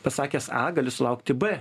pasakęs a gali sulaukti b